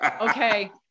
Okay